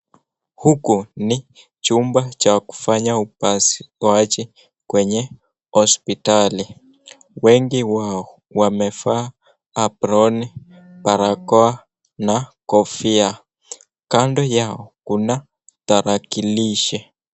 Huku ni chumba cha kufanya upasuaji kwenye hospitali. Wengi wao wamevaa aproni, barakoa na kofia. Kando yao kuna tarakilishi.